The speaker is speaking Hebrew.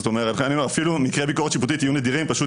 זאת אומרת אפילו מקרי ביקורת שיפוטית יהיו נדירים פשוט